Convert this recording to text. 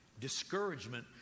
Discouragement